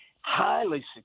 highly